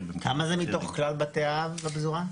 --- כמה זה מתוך כלל בתי האב בפזורה?